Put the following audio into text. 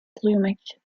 plumage